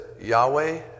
Yahweh